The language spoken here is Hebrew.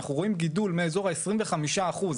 אנחנו רואים גידול מאזור ה-25 אחוז,